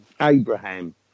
Abraham